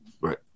right